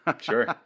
Sure